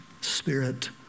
Spirit